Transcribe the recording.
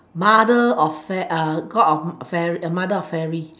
mother of fair god of fair~ fairy mother of fairy